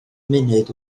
munud